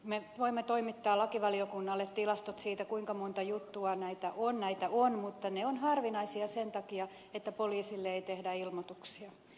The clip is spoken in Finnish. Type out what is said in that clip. me voimme toimittaa lakivaliokunnalle tilastot siitä kuinka monta juttua näitä on mutta ne ovat harvinaisia sen takia että poliisille ei tehdä ilmoituksia